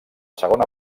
segona